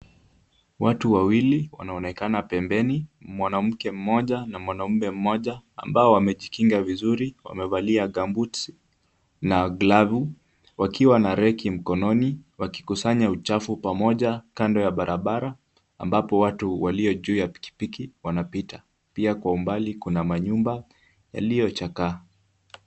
Watu wawili wanaonekana pembeni, mwanamke mmoja na mwanaume mmoja ambao wamejikinga vizuri .Wamevalia gumboot na glavu wakiwa na reki mkononi wakikusanya uchafu pamoja kando ya barabara ambapo watu waliojuu ya pikipiki wanapita , pia kwa umbali kuna manyumba yaliyochakaa.